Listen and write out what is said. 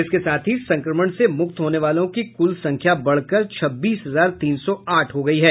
इसके साथ ही संक्रमण से मुक्त होने वालों की कुल संख्या बढ़कर छब्बीस हजार तीन सौ आठ हो गयी है